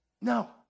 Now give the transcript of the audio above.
No